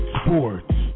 sports